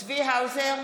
(קוראת בשמות חברי הכנסת) צבי האוזר,